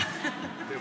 תבטאי,